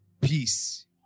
peace